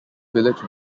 village